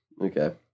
Okay